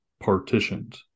partitioned